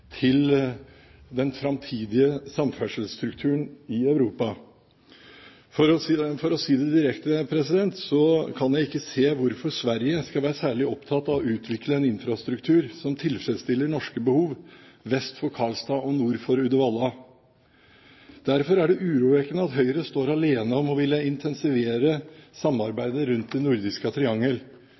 til den framtidige samferdselsstrukturen i Europa. For å si det direkte: Jeg kan ikke se hvorfor Sverige skal være særlig opptatt av å utvikle en infrastruktur som tilfredsstiller norske behov vest for Karlstad og nord for Uddevalla. Derfor er det urovekkende at Høyre står alene om å ville intensivere samarbeidet rundt det nordiske triangel